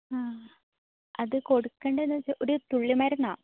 അത് കൊടുക്കണ്ടെന്ന് വെച്ചാൽ തുള്ളി മരുന്നാണ്